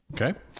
Okay